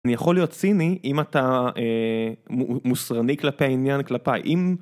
אני יכול להיות סיני אם אתה מוסרני כלפי העניין כלפי אם.